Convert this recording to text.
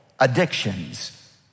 addictions